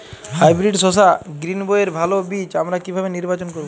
Hybrid শসা গ্রীনবইয়ের ভালো বীজ আমরা কিভাবে নির্বাচন করব?